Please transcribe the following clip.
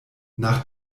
nach